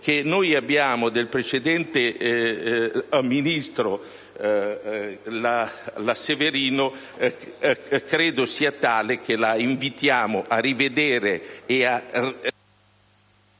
che noi abbiamo del precedente ministro Severino credo sia tale che la invitiamo a rivedere e